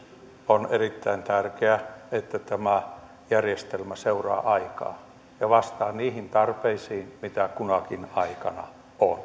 on erittäin tärkeää että tämä järjestelmä seuraa aikaa ja vastaa niihin tarpeisiin mitä kunakin aikana on